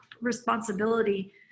responsibility